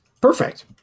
Perfect